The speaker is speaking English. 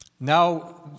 Now